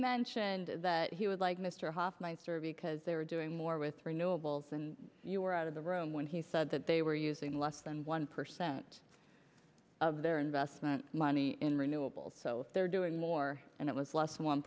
mentioned that he would like mr hofmeister because they're doing more with renewables and you're out of the room when he said that they were using less than one percent of their investment money in renewable so they're doing more and it was less